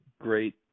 great